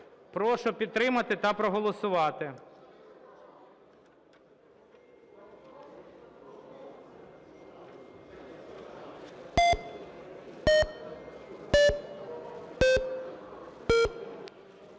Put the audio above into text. Прошу підтримати та проголосувати.